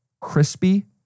Crispy